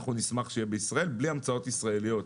אנחנו נשמח שיהיה בישראל בלי המצאות ישראליות.